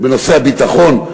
בנושא הביטחון,